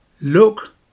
look